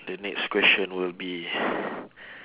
the next question will be